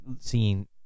seeing